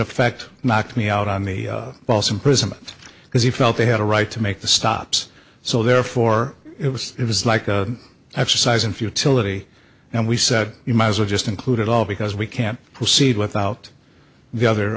effect knocked me out on the false imprisonment because he felt they had a right to make the stops so therefore it was it was like a exercise in futility and we said you might as well just include it all because we can't proceed without the other